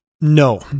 no